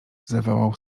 zawołał